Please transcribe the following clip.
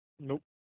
Nope